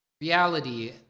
Reality